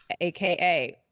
AKA